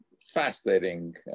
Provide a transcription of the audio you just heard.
fascinating